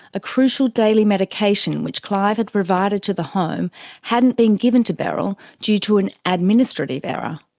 a crucial daily medication which clive had provided to the home hadn't been given to beryl due to an administrative error.